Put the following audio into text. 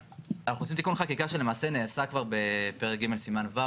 אנחנו עושים תיקון חקיקה שלמעשה נעשה כבר בפרק ג' סימן ו'